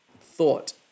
thought